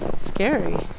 scary